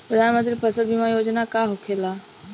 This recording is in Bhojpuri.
प्रधानमंत्री फसल बीमा योजना का होखेला?